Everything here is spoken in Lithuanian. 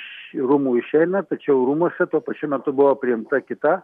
iš rūmų išeina tačiau rūmuose tuo pačiu metu buvo priimta kita